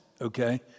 okay